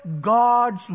God's